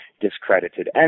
discredited